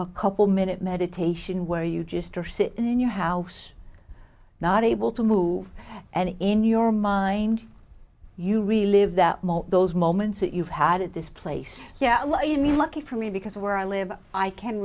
a couple minute meditation where you just are sitting in your house not able to move and in your mind you relive that moment those moments that you've had at this place yeah you mean lucky for me because where i live i can